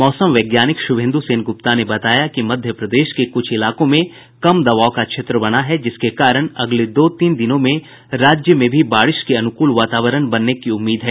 मौसम वैज्ञानिक शुभेंदु सेन गुप्ता ने बताया कि मध्य प्रदेश के कुछ इलाकों में कम दबाव का क्षेत्र बना है जिसके कारण अगले दो तीन दिनों में राज्य में भी बारिश के अनुकूल वातावरण बनने की उम्मीद है